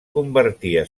convertia